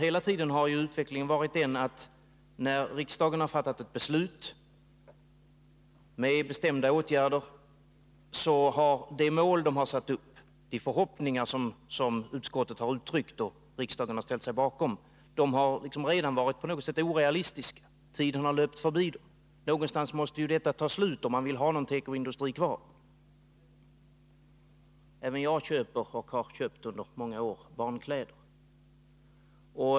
Hela tiden har utvecklingen varit den att när riksdagen har fattat ett beslut om bestämda åtgärder har de mål som satts upp, de förhoppningar som utskottet har uttryckt och riksdagen ställt sig bakom, redan varit orealistiska. Tiden har löpt förbi dem. Någonstans måste detta ta slut, om man vill ha någon tekoindustri kvar. Även jag köper och har under många år köpt barnkläder.